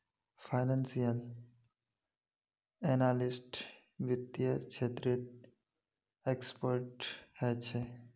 financial analyst वित्त्तेर क्षेत्रत expert ह छे